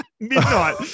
Midnight